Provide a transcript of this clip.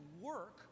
work